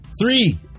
three